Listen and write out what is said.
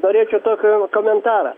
norėčiau tokį komentarą